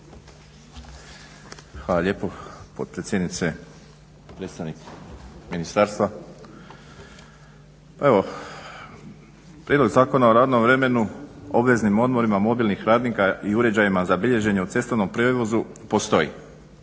Hvala lijepo potpredsjednice, predstavnik ministarstva. Pa evo, Prijedlog Zakona o radnom vremenu, obveznim odmorima mobilnih radnika i uređajima za bilježenje u cestovnom prijevozu postoji.